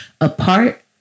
apart